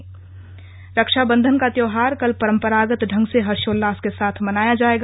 राखी बाजार रक्षाबंधन का त्यौहार कल परंपरागत ढंग से हर्षोल्लास के साथ मनाया जाएगा